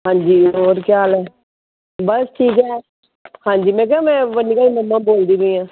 ਹਾਂਜੀ ਹੋਰ ਕੀ ਹਾਲ ਹੈ ਬਸ ਠੀਕ ਹੈ ਹਾਂਜੀ ਮੈਂ ਕਿਹਾ ਮੈਂ ਵੰਨਿਕਾ ਦੀ ਮਾਂ ਬੋਲਦੀ ਪਈ ਹਾਂ